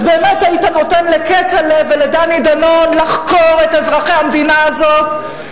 אז באמת היית נותן לכצל'ה ולדני דנון לחקור את אזרחי המדינה הזאת?